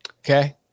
Okay